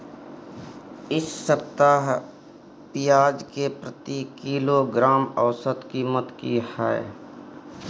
इ सप्ताह पियाज के प्रति किलोग्राम औसत कीमत की हय?